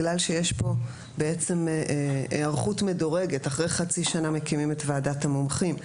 בגלל שיש פה היערכות מדורגת אחרי חצי שנה מקימים את ועדת המומחים,